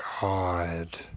God